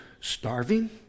starving